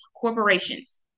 corporations